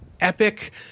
epic